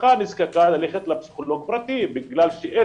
המשפחה נזקקה ללכת לפסיכולוג פרטי בגלל שאין